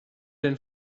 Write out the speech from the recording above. denn